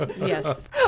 Yes